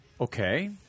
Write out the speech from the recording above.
Okay